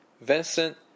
Vincent